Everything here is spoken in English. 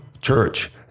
church